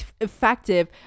effective